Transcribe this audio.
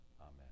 Amen